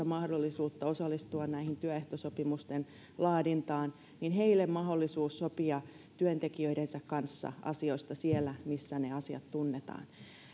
mahdollisuutta osallistua työehtosopimusten laadintaan mahdollisuus sopia työntekijöidensä kanssa asioista siellä missä ne asiat tunnetaan